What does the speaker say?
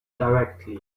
directly